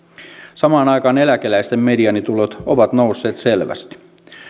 samaan aikaan eläkeläisten mediaanitulot ovat nousseet selvästi